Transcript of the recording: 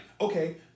okay